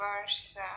verse